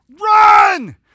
Run